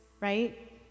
right